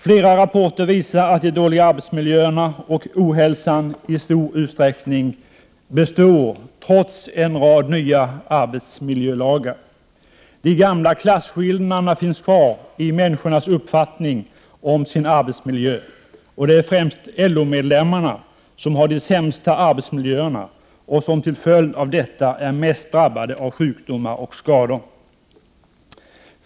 Flera rapporter visar att de dåliga arbetsmiljöerna och ohälsan i stor utsträckning består trots en rad nya arbetsmiljölagar. De gamla klasskillna derna finns kvar i människornas uppfattning om sin arbetsmiljö. Det är främst LO-medlemmarna som har de sämsta arbetsmiljöerna och som till följd av detta är mest drabbade av sjukdomar och skador.